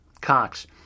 cox